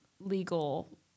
legal